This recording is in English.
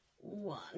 one